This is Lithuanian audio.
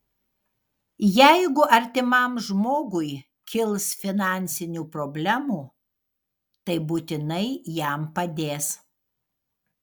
jeigu artimam žmogui kils finansinių problemų tai būtinai jam padės